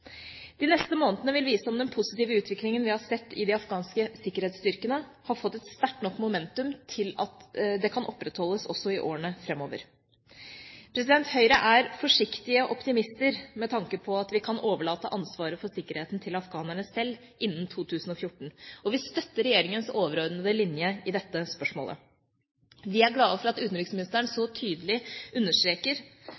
De neste månedene vil vise om den positive utviklingen vi har sett i de afghanske sikkerhetsstyrkene, har fått et sterkt nok momentum til at det kan opprettholdes også i årene framover. Høyre er forsiktige optimister med tanke på at vi kan overlate ansvaret for sikkerheten til Afghanerne sjøl innen 2014, og vi støtter regjeringas overordnede linje i dette spørsmålet. Vi er glade for at utenriksministeren så